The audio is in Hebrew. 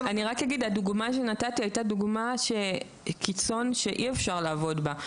הדוגמה שנתתי היא דוגמה קיצונית שאי אפשר לעבוד בה.